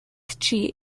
cheat